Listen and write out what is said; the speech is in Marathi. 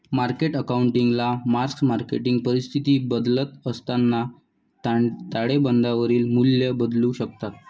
मार्केट अकाउंटिंगला मार्क मार्केटची परिस्थिती बदलत असताना ताळेबंदावरील मूल्ये बदलू शकतात